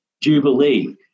Jubilee